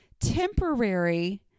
Temporary